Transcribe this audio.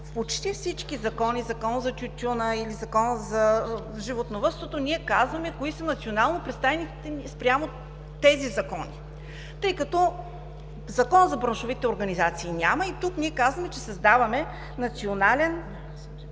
В почти всички закони – Закон за тютюна, Закон за животновъдството, ние казваме кои са национално представените спрямо тези закони, тъй като закон за браншовите организации няма и ние тук казваме, че създаваме национален